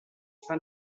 fin